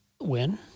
Win